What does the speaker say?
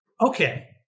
Okay